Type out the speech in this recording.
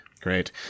Great